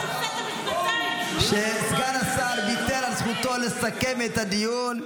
לאחר שסגן השר ויתר על זכותו לסכם את הדיון,